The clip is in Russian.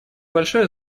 большое